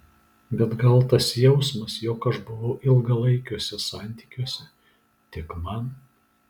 bet gal tas jausmas jog aš buvau ilgalaikiuose santykiuose tik man